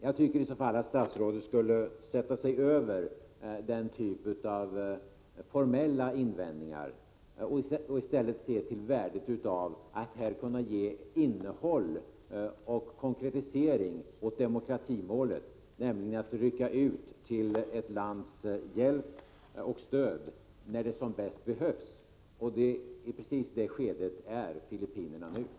Jag tycker i så fall att statsrådet skulle sätta sig över den typen av formella invändningar och i stället se till värdet av att 79 kunna konkretisera demokratimålet genom att rycka ut till stöd och hjälp för ett land när detta som bäst behövs. Filippinerna befinner sig just nu i ett sådant skede.